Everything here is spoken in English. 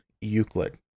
Euclid